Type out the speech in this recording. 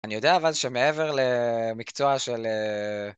אני יודע אבל שמעבר למקצוע של...